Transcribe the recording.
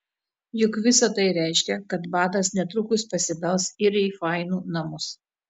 juk visa tai reiškia kad badas netrukus pasibels ir į fainų namus